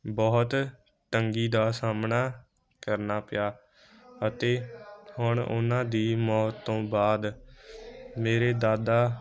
ਬਹੁਤ ਤੰਗੀ ਦਾ ਸਾਹਮਣਾ ਕਰਨਾ ਪਿਆ ਅਤੇ ਹੁਣ ਉਨ੍ਹਾਂ ਦੀ ਮੌਤ ਤੋਂ ਬਾਅਦ ਮੇਰੇ ਦਾਦਾ